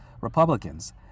Republicans